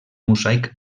mosaic